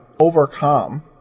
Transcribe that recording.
Overcome